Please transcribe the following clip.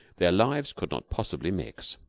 their lives could not possibly mix.